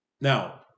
Now